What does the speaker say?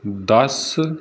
ਦਸ